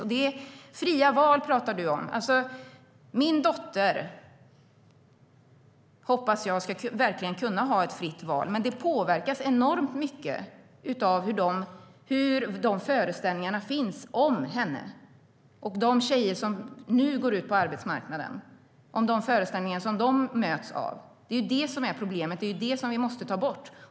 Du talar om fria val, Paula Bieler. Min dotter hoppas jag ska verkligen kunna ha ett fritt val, men det påverkas enormt mycket av de föreställningar om henne som finns och av de föreställningar som de tjejer som nu går ut på arbetsmarknaden möts av. Det är detta som är problemet. Det är de föreställningarna vi måste ta bort.